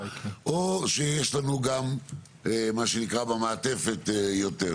או שיש לנו גם מה שנקרא במעטפת יותר,